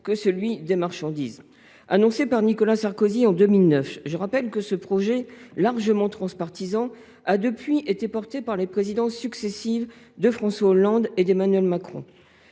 que de marchandises. Annoncé par Nicolas Sarkozy en 2009, ce projet largement transpartisan a depuis été défendu par les présidences successives de François Hollande et d’Emmanuel Macron.